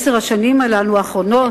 עשר השנים האחרונות,